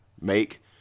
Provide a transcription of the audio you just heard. make